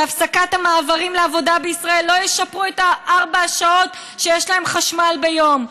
והפסקת המעברים לעבודה בישראל לא תשפר את ארבע השעות שיש להם חשמל ביום.